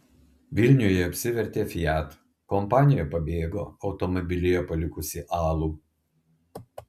vilniuje apsivertė fiat kompanija pabėgo automobilyje palikusi alų